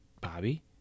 Bobby